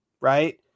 Right